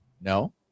No